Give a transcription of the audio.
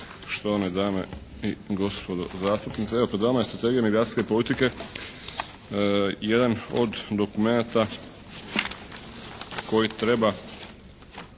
Štovane dame i gospodo zastupnici. Evo pred vama je strategija migracijske politike, jedan od dokumenata koji treba,